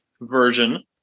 version